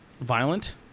violent